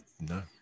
No